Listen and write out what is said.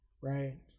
right